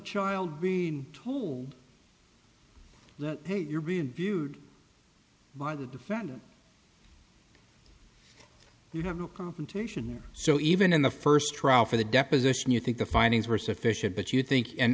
child being told you're being viewed by the defendant you know no confrontation there so even in the first trial for the deposition you think the findings were sufficient but you think